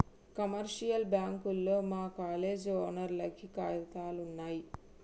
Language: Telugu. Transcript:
కమర్షియల్ బ్యాంకుల్లో మా కాలేజీ ఓనర్లకి కాతాలున్నయి